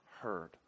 heard